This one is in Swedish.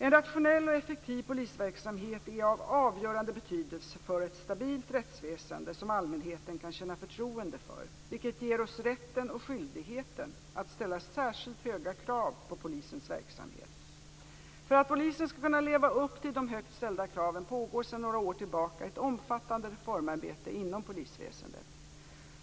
En rationell och effektiv polisverksamhet är av avgörande betydelse för ett stabilt rättsväsende som allmänheten kan känna förtroende för, vilket ger oss rätten och skyldigheten att ställa särskilt höga krav på polisens verksamhet. För att polisen skall kunna leva upp till de högt ställda kraven pågår sedan några år tillbaka ett omfattande reformarbete inom polisväsendet.